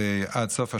עד סוף השנה,